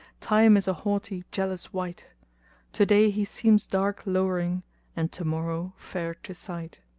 time is a haughty, jealous wight today he seems dark-lowering and tomorrow fair to sight.